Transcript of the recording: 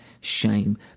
shame